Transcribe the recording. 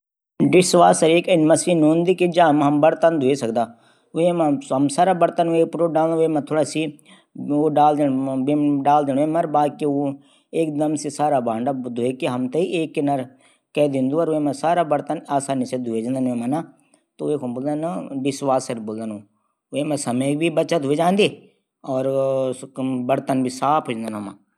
कुछ सिक्कों किनरों पर धारियाँ हूंदा यांकू मुख्य कारण या चू की सिक्को नकली या बदलों से बचाण से रूकूदू चा।